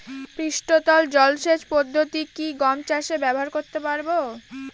পৃষ্ঠতল জলসেচ পদ্ধতি কি গম চাষে ব্যবহার করতে পারব?